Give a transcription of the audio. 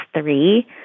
three